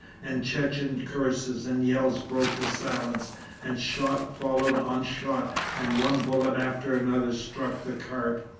and chechen curses and yells broke the silence and shot followed on shot and one bullet after another struck the cart.